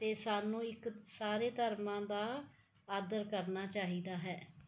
ਅਤੇ ਸਾਨੂੰ ਇੱਕ ਸਾਰੇ ਧਰਮਾਂ ਦਾ ਆਦਰ ਕਰਨਾ ਚਾਹੀਦਾ ਹੈ